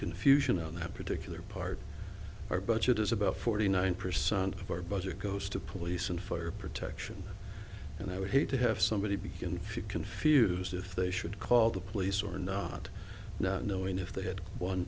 confusion on that particular part of our budget is about forty nine percent of our budget goes to police and fire protection and i would hate to have somebody be in few confused if they should call the police or not knowing if they had one